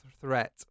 threat